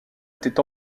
étaient